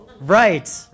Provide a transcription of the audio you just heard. right